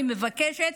אני מבקשת,